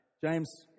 James